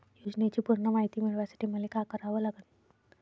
योजनेची पूर्ण मायती मिळवासाठी मले का करावं लागन?